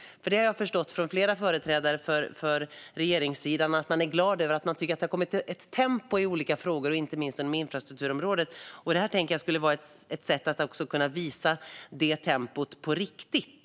Jag har förstått av flera företrädare för regeringssidan att man tycker att olika frågor har fått ett tempo, inte minst på infrastrukturområdet. Detta skulle vara ett sätt att visa det tempot på riktigt.